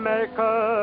Maker